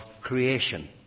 creation